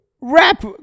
rap